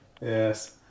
Yes